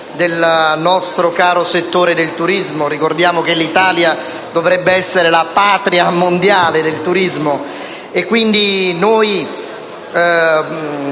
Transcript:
Grazie.